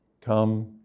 Come